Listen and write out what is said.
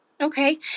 Okay